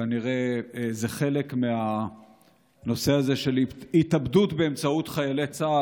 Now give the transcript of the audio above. כנראה זה חלק מהנושא הזה של התאבדות באמצעות חיילי צה"ל,